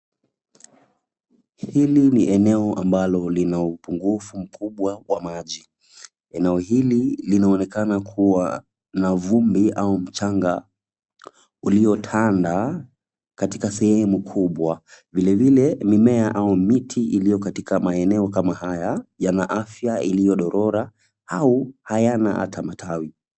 Hili ni eneo ambalo lina upungufu mkubwa wa maji. Eneo hili linaonekana kuwa na vumbi au mchanga uliotanda katika sehemu kubwa. Vilevile mimea au miti iliyo katika maeneo kama haya yana afya iliyodhorora au hayana hata matawi.